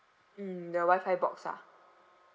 mm the wifi box ah